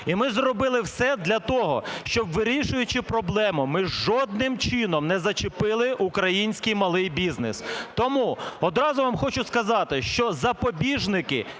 І ми зробили все для того, щоб, вирішуючи проблему, ми жодним чином не зачепили український малий бізнес. Тому одразу вам хочу сказати, що запобіжники,